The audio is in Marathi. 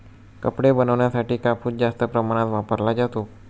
कपडे बनवण्यासाठी कापूस जास्त प्रमाणात वापरला जातो